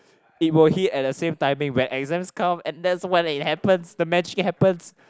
it will hit at the same timing when exams come and that's when it happens the magic happens